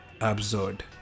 absurd